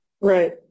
Right